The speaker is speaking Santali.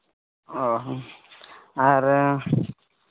ᱚ ᱟᱨ